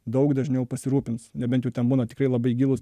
daug dažniau pasirūpins nebent jau ten būna tikrai labai gilūs